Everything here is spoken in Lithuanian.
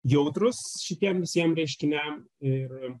jautrūs šitiem visiem reiškiniam ir